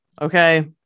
okay